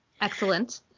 Excellent